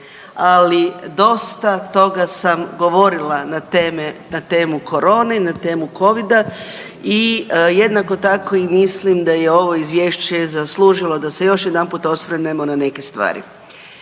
Ali, dosta toga sam govorila na teme, na temu korone i na temu Covida i jednako tako i mislim da je ovo Izvješće zaslužilo da se još jedanput osvrnemo na neke stvari.